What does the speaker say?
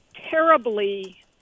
terribly